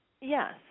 yes